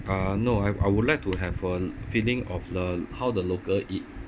uh no I I would like to have a feeling of the how the local eat